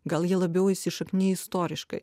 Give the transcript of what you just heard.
gal jie labiau įsišakniję istoriškai